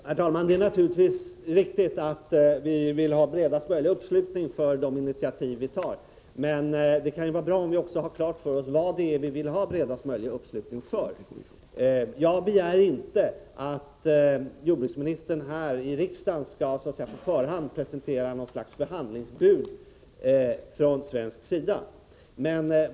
Herr talman! Det är naturligtvis riktigt att vi vill ha bredaste möjliga Fredagen den uppslutning för de initiativ som vi tar, men det kan vara bra om vi har klart för 8 februari 1985 oss vad det är vi vill ha bredaste möjliga uppslutning för. Jag begär inte att jordbruksministern här i riksdagen så att säga på förhand skall presentera Omändrad lagstift något slags förhandlingsbud från svensk sida.